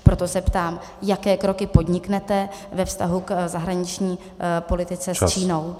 Proto se ptám: Jaké kroky podniknete ve vztahu k zahraniční politice s Čínou?